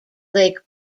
lake